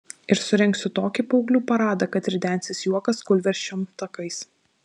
ir surengsiu tokį paauglių paradą kad ridensis juokas kūlversčiom takais